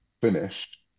finish